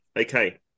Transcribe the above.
Okay